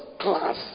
class